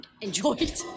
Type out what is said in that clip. enjoyed